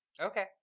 Okay